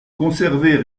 conserver